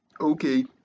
Okay